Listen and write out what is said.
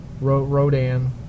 Rodan